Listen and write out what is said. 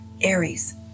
Aries